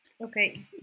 Okay